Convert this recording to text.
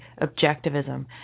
objectivism